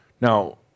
Now